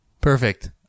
Perfect